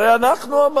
הרי אנחנו אמרנו,